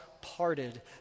parted